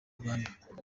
rwanda